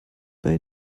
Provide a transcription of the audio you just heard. bei